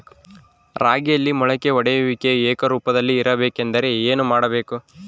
ರಾಗಿಯಲ್ಲಿ ಮೊಳಕೆ ಒಡೆಯುವಿಕೆ ಏಕರೂಪದಲ್ಲಿ ಇರಬೇಕೆಂದರೆ ಏನು ಮಾಡಬೇಕು?